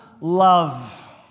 love